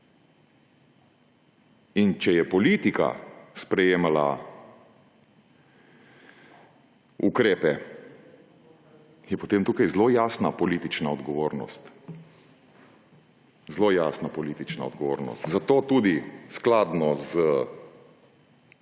Če je politika sprejemala ukrepe, je potem tu zelo jasna politična odgovornost. Zato tudi skladno z